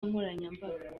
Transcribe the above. nkoranyambaga